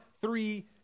three